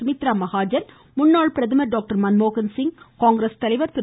சுமித்ரா மகாஜன் முன்னாள் பிரதமர் டாக்டர் மன்மோகன்சிங் காங்கிரஸ் தலைவர் திரு